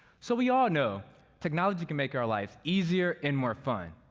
so we all know technology can make our lives easier and more fun.